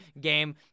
game